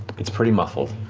it's pretty muffled.